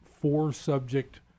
four-subject